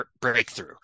breakthrough